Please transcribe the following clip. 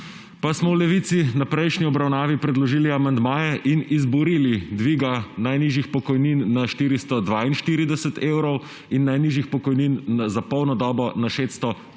Pa smo v Levici na prejšnji obravnavi predložili amandmaje in izborili dvig najnižjih pokojnin na 442 evrov in dvig najnižjih pokojnin za polno dobo na 613 evrov,